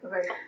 Okay